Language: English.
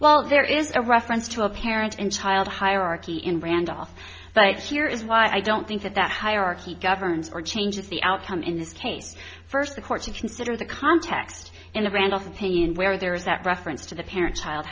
well there is a reference to a parent and child hierarchy in randolph but here is why i don't think that that hierarchy governs or changes the outcome in this case first the courts consider the context in the randalls where there is that reference to the parent